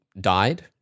died